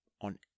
on